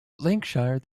lanarkshire